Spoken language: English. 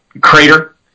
crater